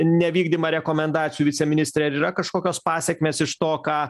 nevykdymą rekomendacijų viceministre ar yra kažkokios pasekmės iš to ką